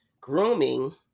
grooming